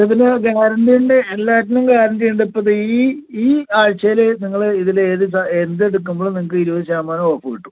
ഇതിനൊക്കെ ഗ്യാരന്റിയുണ്ട് എല്ലാറ്റിനും ഗ്യാരന്റിയുണ്ട് ഇപ്പ ദേ ഈ ഈ ആഴ്ചയില് നിങ്ങള് ഇതില് ഏത് സ എന്തെടുക്കുമ്പോഴും നിങ്ങൾക്കിരുപത് ശതമാനം ഓഫ് കിട്ടും